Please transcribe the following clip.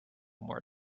more